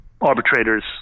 arbitrators